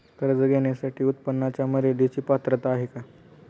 कर्ज घेण्यासाठी उत्पन्नाच्या मर्यदेची पात्रता आहे का?